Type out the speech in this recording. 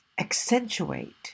accentuate